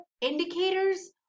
indicators